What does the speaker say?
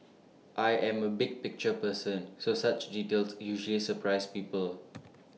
I am A big picture person so such details usually surprise people